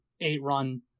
eight-run